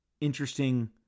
interesting